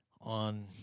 on